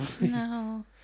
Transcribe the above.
No